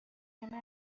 چقدر